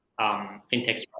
fintech